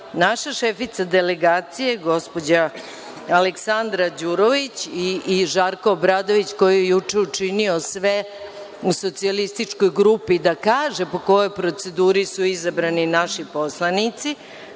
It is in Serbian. naša šefica delegacije, gospođa Aleksandra Đurović, i Žarko Obradović, koji je juče učinio sve u socijalističkoj grupi da kaže po kojoj proceduri su izabrani naši poslanici,